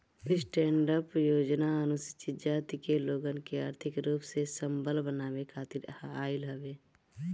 stand up योजना अनुसूचित जाति के लोगन के आर्थिक रूप से संबल बनावे खातिर आईल हवे